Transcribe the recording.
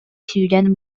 сүүрэн